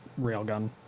railgun